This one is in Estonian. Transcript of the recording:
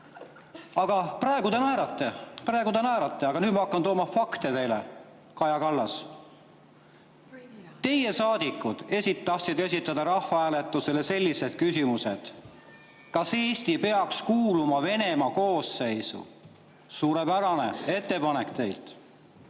praegu te naerate, aga nüüd ma hakkan tooma teile fakte, Kaja Kallas. Teie saadikud tahtsid esitada rahvahääletusele sellise küsimuse: kas Eesti peaks kuuluma Venemaa koosseisu? Suurepärane ettepanek teilt.